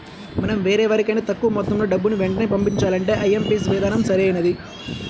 మనం వేరెవరికైనా తక్కువ మొత్తంలో డబ్బుని వెంటనే పంపించాలంటే ఐ.ఎం.పీ.యస్ విధానం సరైనది